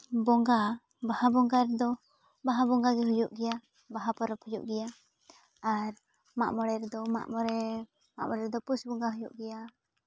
ᱵᱚᱸᱜᱟ ᱵᱟᱦᱟ ᱵᱚᱸᱜᱟ ᱨᱮᱫᱚ ᱵᱟᱦᱟ ᱵᱚᱸᱜᱟ ᱜᱮ ᱦᱩᱭᱩᱜ ᱜᱮᱭᱟ ᱵᱟᱦᱟ ᱯᱚᱨᱚᱵᱽ ᱦᱩᱭᱩᱜ ᱜᱮᱭᱟ ᱟᱨ ᱢᱟᱜ ᱢᱚᱬᱮ ᱨᱮᱫᱚ ᱢᱟᱜ ᱢᱚᱬᱮ ᱢᱟᱜ ᱢᱚᱬᱮ ᱫᱚ ᱯᱩᱥ ᱵᱚᱸᱜᱟ ᱦᱩᱭᱩᱜ ᱜᱮᱭᱟ